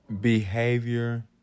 behavior